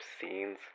scenes